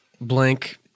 blank